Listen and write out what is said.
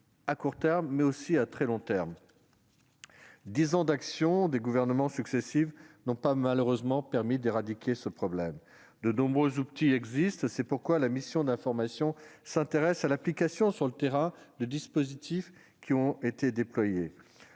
à court terme, mais aussi à très long terme. Malheureusement, dix ans d'actions des gouvernements successifs n'ont pas permis d'éradiquer le problème. De nombreux outils existent, et c'est pourquoi la mission d'information s'est intéressée à l'application sur le terrain des dispositifs déployés.